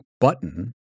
button